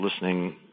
listening